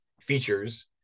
features